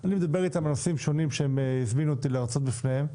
אני מדבר איתם על נושאים שונים שהם הזמינו אותי להרצות בפניהם,